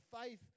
faith